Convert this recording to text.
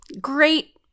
great